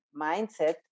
mindset